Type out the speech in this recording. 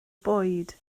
bwyd